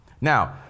Now